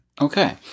Okay